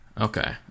okay